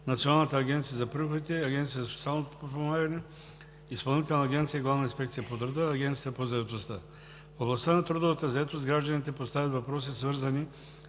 Националната агенция за приходите, Агенцията за социално подпомагане, Изпълнителна агенция „Главна инспекция по труда“, Агенцията по заетостта. В областта на трудовата заетост гражданите поставят въпроси, свързани